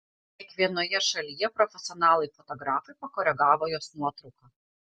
kiekvienoje šalyje profesionalai fotografai pakoregavo jos nuotrauką